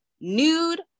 nude